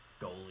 goalie